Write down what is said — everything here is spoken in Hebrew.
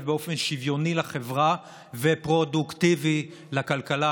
באופן שוויוני בחברה ופרודוקטיבי לכלכלה,